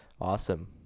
awesome